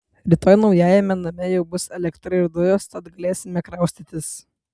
rytoj naujajame name jau bus elektra ir dujos tad galėsime kraustytis